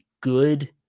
good